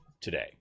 today